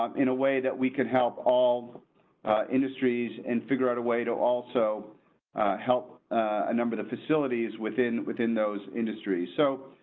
um in a way that we can help all industries and figure out a way to also help a number of facilities within within those industry. so.